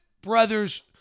brothers